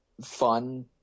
fun